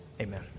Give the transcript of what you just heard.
amen